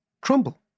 crumble